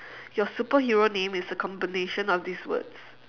your superhero name is the combination of these words